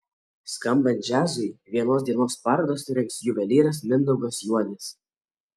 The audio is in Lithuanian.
skambant džiazui vienos dienos parodą surengs juvelyras mindaugas juodis